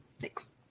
Thanks